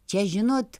čia žinot